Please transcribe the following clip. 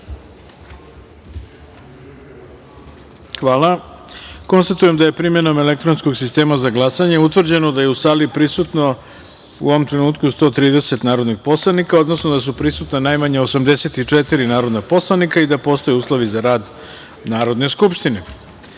jedinice. Konstatujem da je primenom elektronskog sistema za glasanje utvrđeno da je u sali prisutno u ovom trenutku 130 narodnih poslanika, odnosno da su prisutna najmanje 84 narodna poslanika i da postoje uslovi za rad Narodne